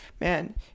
Man